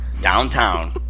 downtown